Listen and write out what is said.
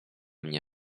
mnie